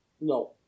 No